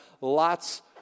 lots